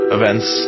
events